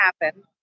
happen